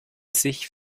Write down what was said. sich